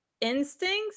instincts